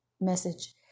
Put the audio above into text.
message